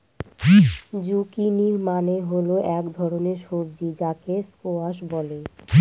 zucchini মানে হল এক ধরনের সবজি যাকে স্কোয়াশ বলে